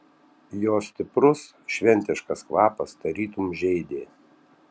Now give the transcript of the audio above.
jo stiprus šventiškas kvapas tarytum žeidė